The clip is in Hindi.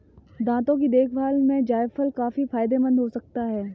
दांतों की देखभाल में जायफल काफी फायदेमंद हो सकता है